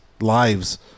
lives